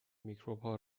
میکروبها